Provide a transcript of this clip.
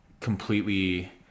completely